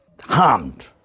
harmed